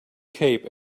cape